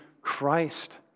Christ